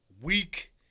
week